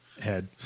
head